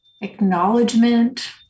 acknowledgement